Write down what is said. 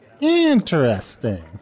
Interesting